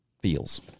feels